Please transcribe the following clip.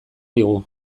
digu